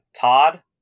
Todd